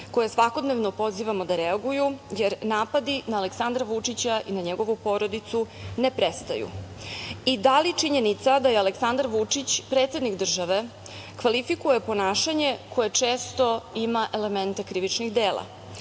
koje svakodnevno pozivamo da reaguju, jer napadi na Aleksandra Vučića i na njegovu porodicu ne prestaju i da li činjenica da je Aleksandar Vučić predsednik države kvalifikuje ponašanje koje često ima elemente krivičnih dela? Drugo